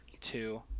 two